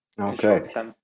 okay